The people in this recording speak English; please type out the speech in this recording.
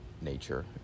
nature